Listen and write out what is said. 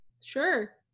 sure